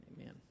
Amen